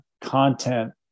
content